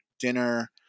dinner